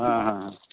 ᱦᱮᱸ ᱦᱮᱸ